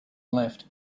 left